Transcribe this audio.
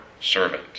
servant